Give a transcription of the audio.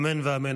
אמן ואמן.